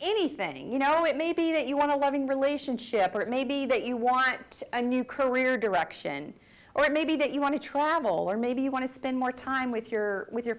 anything you know it may be that you want a loving relationship or it may be that you want a new career direction or maybe that you want to travel or maybe you want to spend more time with your with your